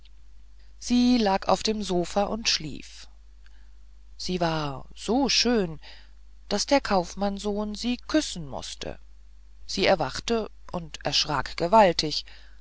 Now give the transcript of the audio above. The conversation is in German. sie lag auf dem sopha und schlief sie war so schön daß der kaufmannssohn sie küssen mußte sie erwachte und erschrak gewaltig